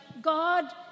God